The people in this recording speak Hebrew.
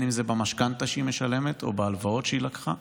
אם זה במשכנתה שהיא משלמת ואם בהלוואות שהיא לקחה.